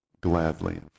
gladly